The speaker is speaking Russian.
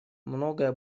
многое